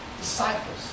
disciples